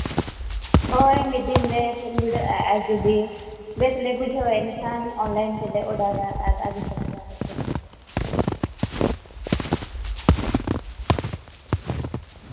ᱦᱳᱭ ᱢᱤᱫ ᱫᱤᱱ ᱞᱮ ᱥᱮᱱ ᱵᱤᱰᱟᱹᱜᱼᱟ ᱟᱨ ᱡᱩᱫᱤ ᱵᱮᱥ ᱞᱮ ᱵᱩᱡᱷᱟᱹᱣᱟ ᱮᱱᱠᱷᱟᱱ ᱚᱱᱞᱟᱭᱤᱱ ᱛᱮᱞᱮ ᱚᱰᱟᱨᱟ ᱟᱨ ᱟᱹᱜᱩ ᱥᱮᱴᱮᱨᱟᱞᱮ ᱯᱮ